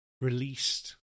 Released